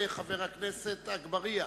ואחריו, חבר הכנסת אגבאריה.